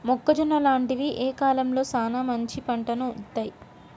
మొక్కజొన్న లాంటివి ఏ కాలంలో సానా మంచి పంటను ఇత్తయ్?